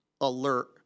alert